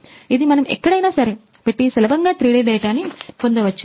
ఇది మనము ఎక్కడైనా సరే పెట్టి సులభముగా 3డి డాటా ని పొందవచ్చు